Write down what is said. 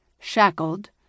shackled